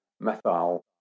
methyl